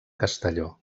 castelló